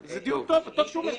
זה הדיון, אדוני.